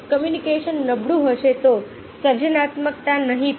જો કમ્યુનિકેશન નબળું હશે તો સર્જનાત્મકતા નહીં થાય